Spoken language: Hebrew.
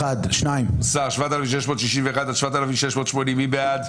ההסתייגות הוסרה.5,561 עד 5,580, מי בעד?